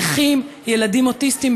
נכים וילדים אוטיסטים,